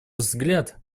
взгляд